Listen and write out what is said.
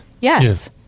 Yes